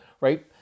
right